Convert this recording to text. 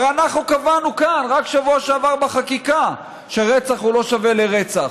הרי אנחנו קבענו כאן רק בשבוע שעבר בחקיקה שרצח לא שווה לרצח.